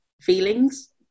feelings